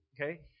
okay